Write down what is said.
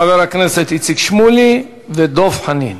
חברי הכנסת איציק שמולי ודב חנין.